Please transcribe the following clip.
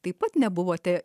taip pat nebuvote